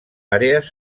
àrees